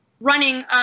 running